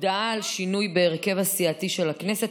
הודעה על שינוי בהרכב הסיעתי של הכנסת.